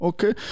Okay